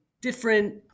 different